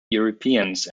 europeans